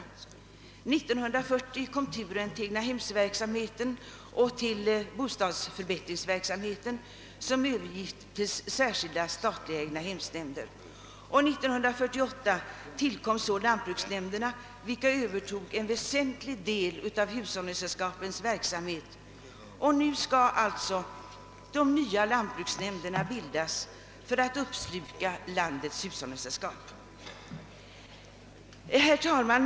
1940 kom turen till egnahemsverksamheten och bostadsförbättringsverksamheten, som övergick till särskilda statliga egnahemsnämnder. 1948 tillkom så lantbruksnämnderna, vilka övertog en väsentlig del av hushållningssällskapens verksamhet. Och nu skall alltså de nya lantbruksnämn derna bildas för att uppsluka landets hushållningssällskap. Herr talman!